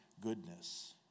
goodness